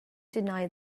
deny